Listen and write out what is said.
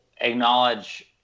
acknowledge